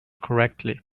correctly